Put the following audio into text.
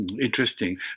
Interesting